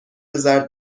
زرد